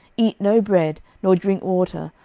eat no bread, nor drink water,